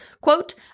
Quote